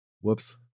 Whoops